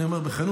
אני אומר בכנות,